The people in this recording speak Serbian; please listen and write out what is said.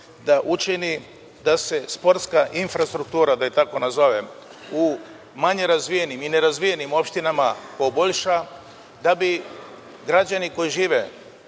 da učini da se sportska infrastruktura, da je tako nazovem, u manje razvijenim i nerazvijenim opštinama poboljša, da bi građani koji žive